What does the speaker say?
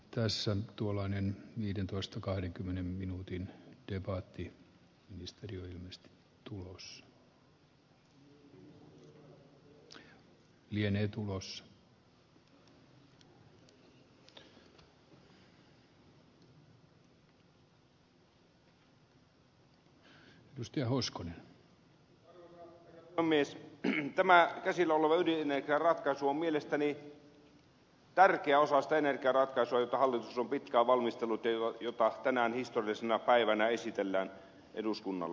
tässä on tuollainen viidentoista kahdenkymmenen tämä käsillä oleva ydinenergiaratkaisu on mies ja tämä esilläolo ydin eikä mielestäni tärkeä osa sitä energiaratkaisua jota hallitus on pitkään valmistellut ja jota tänään historiallisena päivänä esitellään eduskunnalle